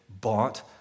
bought